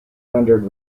rendered